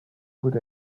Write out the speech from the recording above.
good